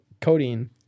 Codeine